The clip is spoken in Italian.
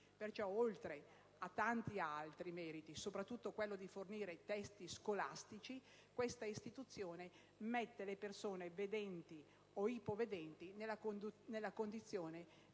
Pertanto, oltre a tanti altri meriti, soprattutto quello di fornire testi scolastici, questa istituzione mette le persone, non vedenti o ipovedenti, nella condizione di